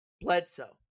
Bledsoe